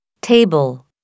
table